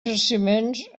jaciments